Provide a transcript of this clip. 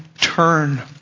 turn